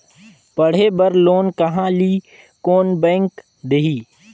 पढ़े बर लोन कहा ली? कोन बैंक देही?